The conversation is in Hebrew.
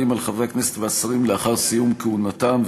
על חברי הכנסת והשרים לאחר סיום כהונתם,